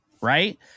right